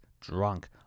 drunk